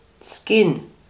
skin